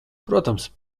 protams